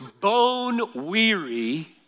bone-weary